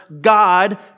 God